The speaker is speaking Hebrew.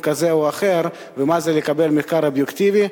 כזה או אחר ומה זה לקבל מחקר אובייקטיבי.